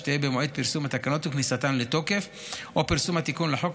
שתהיה במועד פרסום התקנות וכניסתן לתוקף או פרסום התיקון לחוק,